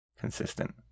consistent